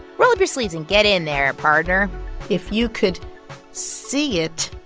roll up your sleeves and get in there, partner if you could see it,